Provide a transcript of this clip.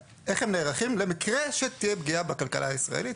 איך הם נערכים למקרה שתהיה פגיעה בכלכלה הישראלית.